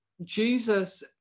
Jesus